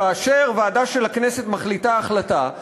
כאשר ועדה של הכנסת מחליטה החלטה,